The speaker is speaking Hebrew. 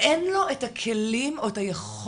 אין לו את הכלים, או את היכולת